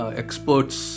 experts